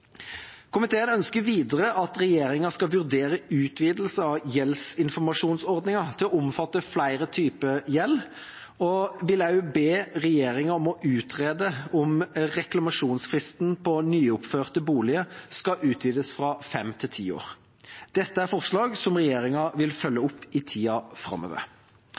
Komiteen ønsker videre at regjeringa skal vurdere utvidelse av gjeldsinformasjonsordningen til å omfatte flere typer gjeld, og vil også be regjeringa utrede om reklamasjonsfristen på nyoppførte boliger skal utvides fra fem til ti år. Dette er forslag som regjeringa vil følge opp i tida framover.